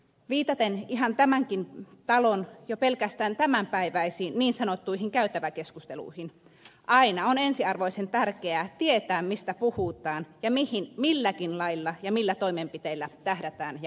viitaten ihan tämänkin talon jo pelkästään tämänpäiväisiin niin sanottuihin käytäväkeskusteluihin aina on ensiarvoisen tärkeää tietää mistä puhutaan ja mihin milläkin lailla ja toimenpiteillä tähdätään ja vaikutetaan